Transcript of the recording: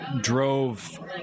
drove